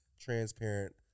transparent